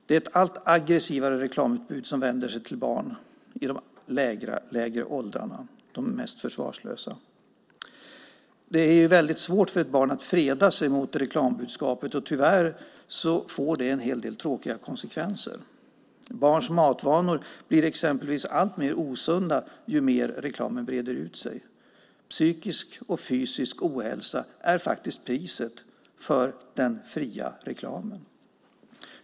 Det är ett allt aggressivare reklamutbud som vänder sig till barn i de lägre åldrarna, de mest försvarslösa. Det är väldigt svårt för ett barn att freda sig mot reklambudskapet. Tyvärr får det en hel del tråkiga konsekvenser. Barns matvanor blir exempelvis alltmer osunda ju mer reklamen breder ut sig. Fysisk och psykisk ohälsa är priset för den fria reklamen.